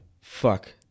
Fuck